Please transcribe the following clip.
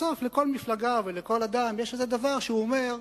בסוף לכל מפלגה ולכל אדם יש איזה דבר שהוא אומר עליו: